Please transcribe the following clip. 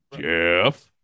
Jeff